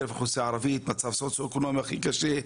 מצב סוציו-אקונומי הכי קשה.